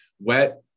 wet